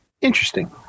interesting